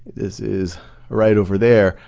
is is right over there.